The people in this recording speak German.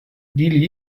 dili